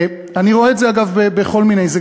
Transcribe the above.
אני רואה את זה בכל מיני תחומים,